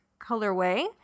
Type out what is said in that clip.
colorway